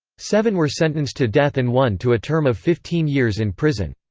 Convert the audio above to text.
seven were sentenced to death and one to a term of fifteen years in prison.